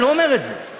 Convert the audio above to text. אני לא אומר את זה.